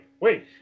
wait